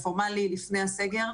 הפורמאלי לפני הסגר.